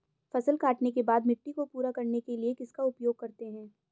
फसल काटने के बाद मिट्टी को पूरा करने के लिए किसका उपयोग करते हैं?